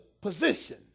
position